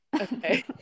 Okay